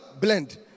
blend